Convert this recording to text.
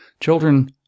Children